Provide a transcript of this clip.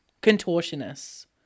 Contortionist